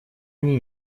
они